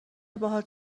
باهات